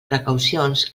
precaucions